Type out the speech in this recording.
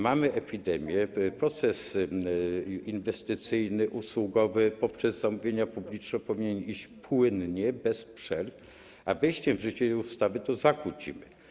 Mamy epidemię, proces inwestycyjny, usługowy poprzez zamówienia publiczne powinien iść płynnie, bez przerw, a wejściem w życie ustawy to zakłócimy.